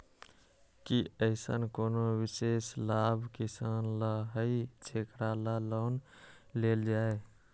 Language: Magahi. कि अईसन कोनो विशेष लाभ किसान ला हई जेकरा ला लोन लेल जाए?